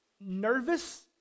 nervous